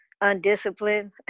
undisciplined